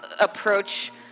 approach